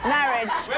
Marriage